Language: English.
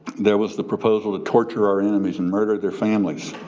there was the proposal to torture our enemies and murder their families.